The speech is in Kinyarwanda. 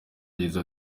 yagize